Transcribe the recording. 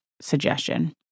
suggestion